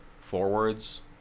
forwards